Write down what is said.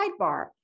sidebar